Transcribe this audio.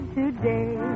today